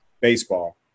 baseball